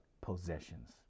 possessions